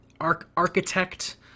architect